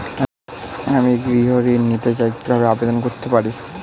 আমি গৃহ ঋণ নিতে চাই কিভাবে আবেদন করতে পারি?